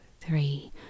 three